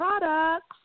Products